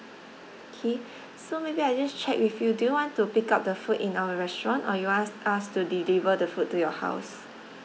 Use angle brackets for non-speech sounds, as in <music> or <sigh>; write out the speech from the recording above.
K <breath> so maybe I just check with you do you want to pick up the food in our restaurant or you want us us to deliver the food to your house